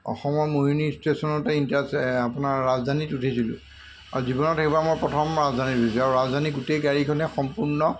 অসমৰ মোহিনী ষ্টেচনতে আপোনাৰ ৰাজধানীত উঠিছিলোঁ আৰু জীৱনত সেইবাৰ মই প্ৰথম ৰাজধানীত উঠিছোঁ আৰু ৰাজধানী গোটেই গাড়ীখনেই সম্পূৰ্ণ